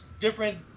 different